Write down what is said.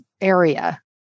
area